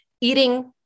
eating